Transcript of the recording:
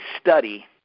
study